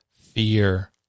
fear